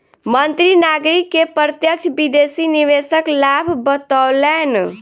मंत्री नागरिक के प्रत्यक्ष विदेशी निवेशक लाभ बतौलैन